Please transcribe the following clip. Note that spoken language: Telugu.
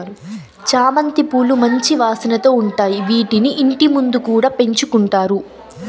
చామంతి పూలు మంచి వాసనతో ఉంటాయి, వీటిని ఇంటి ముందు కూడా పెంచుకుంటారు